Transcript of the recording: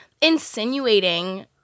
insinuating